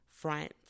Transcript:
front